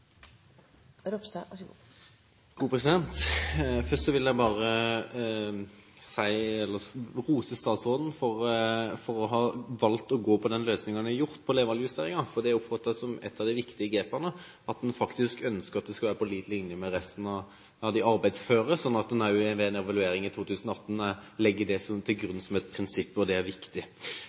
Først vil jeg bare rose statsråden for å ha valgt å gå for den løsningen hun har gjort på levealdersjusteringen, for det oppfatter jeg som et av de viktige grepene, at man faktisk ønsker at det skal være på lik linje som for resten av de arbeidsføre, slik at en ved en evaluering i 2018 legger det til grunn som et prinsipp. Det er viktig.